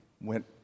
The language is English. went